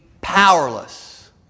powerless